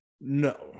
No